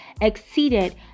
exceeded